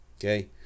okay